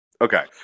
Okay